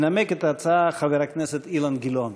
ינמק את ההצעה חבר הכנסת אילן גילאון.